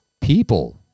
people